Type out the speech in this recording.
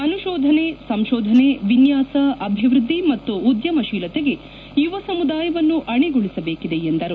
ಅನುಶೋಧನೆ ಸಂಶೋಧನೆ ವಿನ್ಯಾಸ ಅಭಿವೃದ್ಧಿ ಮತ್ತು ಉದ್ಯಮಶೀಲತೆಗೆ ಯುವ ಸಮುದಾಯವನ್ನು ಅಣೆಗೊಳಿಸಬೇಕಿದೆ ಎಂದರು